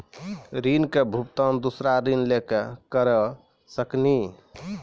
ऋण के भुगतान दूसरा ऋण लेके करऽ सकनी?